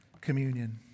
communion